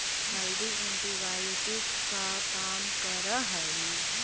हल्दी एंटीबायोटिक का काम करअ हई